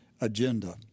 agenda